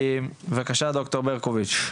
בבקשה, ד"ר ברקוביץ.,